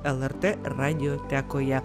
lrt radijo teko ją